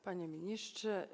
Panie Ministrze!